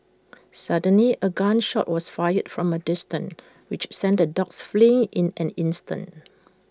suddenly A gun shot was fired from A distance which sent the dogs fleeing in an instant